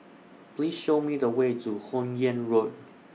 Please Show Me The Way to Hun Yeang Road